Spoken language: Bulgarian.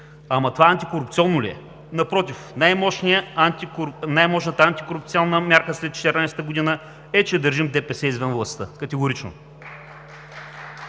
Ама това антикорупционно ли е? – Напротив, най-мощната антикорупционна мярка след 2014 г. е, че държим ДПС извън властта. Категорично!